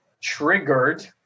triggered